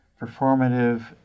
performative